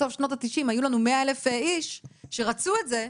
בסוף שנות ה-90 היו לנו 100,000 איש שרצו את זה,